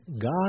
God